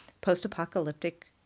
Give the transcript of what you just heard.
post-apocalyptic